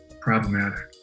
problematic